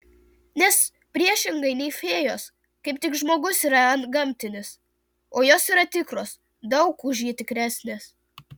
nes priešingai nei fėjos kaip tik žmogus yra antgamtinis o jos yra tikros daug už jį tikresnės